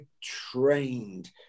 trained